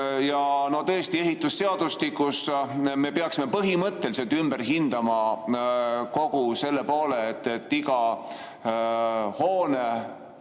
Tõesti, ehitusseadustikus me peaksime põhimõtteliselt ümber hindama selle poole, et iga hoone